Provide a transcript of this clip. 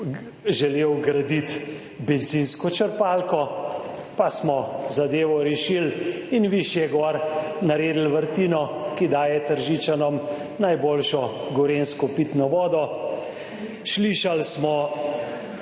želel graditi bencinsko črpalko, pa smo zadevo rešili in višje gor naredili vrtino, ki daje Tržičanom najboljšo gorenjsko pitno vodo. Slišali smo,